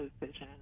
decision